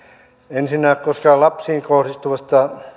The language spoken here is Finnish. ensinnä koska lapsiin kohdistuvat